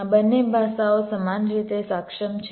આ બંને ભાષાઓ સમાન રીતે સક્ષમ છે